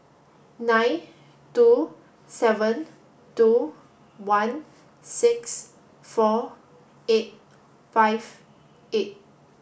nine two seven two one six four eight five eight